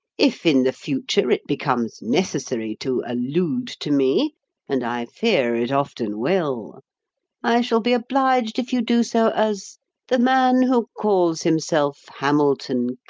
if in the future it becomes necessary to allude to me and i fear it often will i shall be obliged if you do so as the man who calls himself hamilton